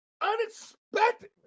unexpectedly